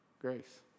grace